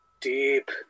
deep